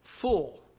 full